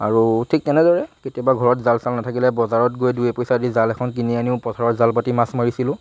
আৰু ঠিক তেনেদৰে কেতিয়াবা ঘৰত জাল চাল নেথাকিলে বজাৰত গৈ দুই এপইচা দি জাল এখন কিনি আনিও পথাৰত জাল পাতি মাছ মাৰিছিলোঁ